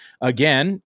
again